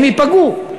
הם ייפגעו,